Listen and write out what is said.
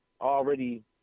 already